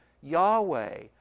Yahweh